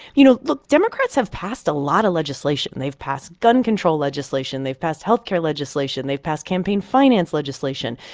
you know, look, democrats have passed a lot of legislation. they've passed gun control legislation. they've passed health care legislation. they've passed campaign finance legislation.